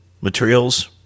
materials